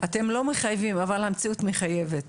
אתם לא מחייבים אבל המציאות מחייבת.